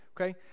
Okay